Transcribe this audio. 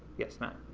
yes, matt?